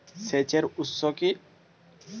সেচের উৎস কি?